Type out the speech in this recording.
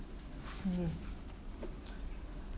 okay